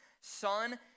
Son